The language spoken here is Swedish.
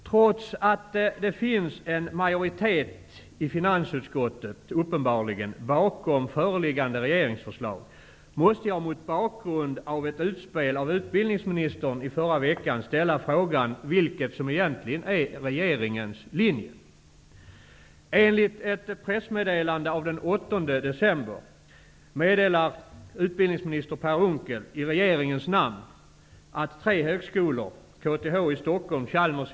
Trots att det uppenbarligen finns en majoritet i finansutskottet bakom föreliggande regeringsförslag måste jag mot bakgrund av ett utspel av utbildningsministern i förra veckan ställa frågan: Vilken är egentligen regeringens linje?